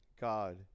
God